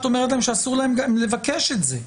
את אומרת להם שאסור להם לבקש את זה.